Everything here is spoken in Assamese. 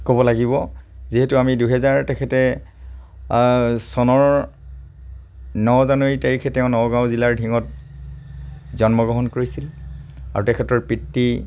ক'ব লাগিব যিহেতু আমি দুহেজাৰ চনৰ ন জানুৱাৰী তাৰিখে তেওঁ নগাঁও জিলাৰ ধিঙত জন্ম গ্ৰহণ কৰিছিল আৰু তেখেতৰ পিতৃৰ